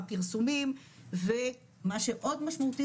הפרסומים ומה שעוד משמעותי,